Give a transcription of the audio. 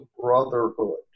brotherhood